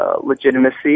legitimacy